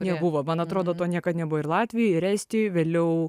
nebuvo man atrodo to niekad nebuvo ir latvijoje ir estijoje vėliau